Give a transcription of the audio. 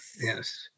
yes